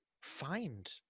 Find